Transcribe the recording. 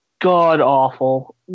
god-awful